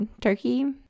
turkey